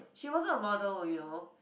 she wasn't a model you know